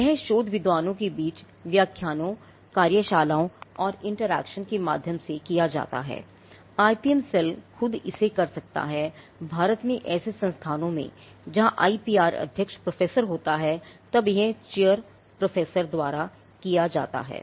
यह शोध विद्वानों के बीच व्याख्यान कार्यशालाओं और इंटरैक्शन द्वारा किया जाता है